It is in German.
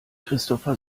christopher